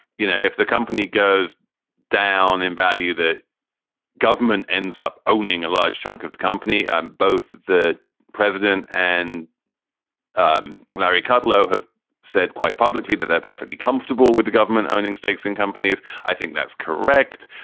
you know, if the company goes down in value, the government ends up owning a large chunk of the company. both the president and um larry kudlow have said quite publicly that they're perfectly comfortable with the government owning stakes in companies. i think that's correct.